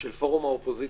של פורום האופוזיציה.